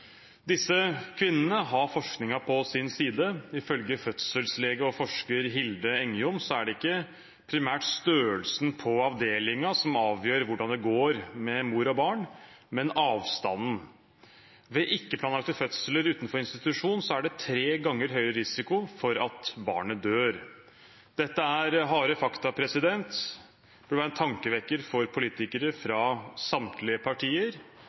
Disse kvinnene har forskningen på sin side. Ifølge fødselslege og forsker Hilde Engjom er det ikke primært størrelsen på avdelingen som avgjør hvordan det går med mor og barn, men avstanden. Ved ikke-planlagte fødsler utenfor institusjon er det tre ganger høyere risiko for at barnet dør. Dette er harde fakta. Det bør være en tankevekker for politikere fra samtlige partier.